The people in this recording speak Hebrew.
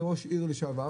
כראש עיר לשעבר,